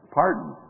pardon